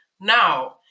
now